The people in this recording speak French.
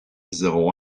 zéro